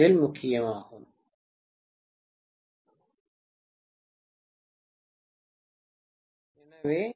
ஒட்டுமொத்தமாக நான் அதன் சொந்த அடித்தளத்தைக் கொண்டு கணக்கிடும்போது இறுதியில் மின்னழுத்த வீழ்ச்சி அதே சதவீத மதிப்புகளில் இருக்கும்